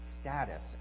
status